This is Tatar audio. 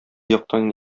яктан